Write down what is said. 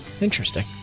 interesting